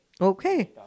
okay